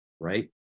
right